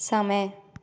समय